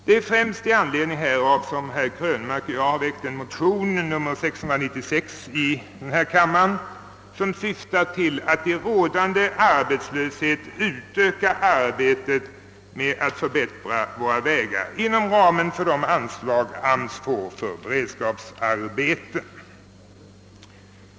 Det är främst i anledning härav som herr Krönmark och jag har väckt en motion, nr II:696, som syftar till att under rådande arbetslöshet utöka arbetet med att förbättra våra vägar inom ramen för det anslag AMS får för beredskapsarbeten.